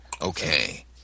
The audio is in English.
Okay